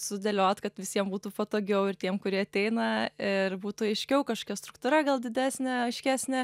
sudėliot kad visiem būtų patogiau ir tiem kurie ateina ir būtų aiškiau kažkokia struktūra gal didesnė aiškesnė